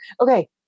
Okay